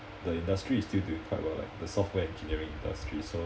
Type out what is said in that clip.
the industry is still doing quite well like the software engineering industry so